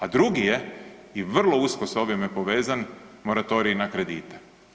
A drugi je i vrlo usko s ovime povezan, moratorij na kredite.